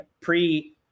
pre